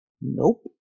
Nope